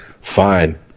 Fine